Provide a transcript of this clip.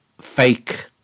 fake